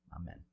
amen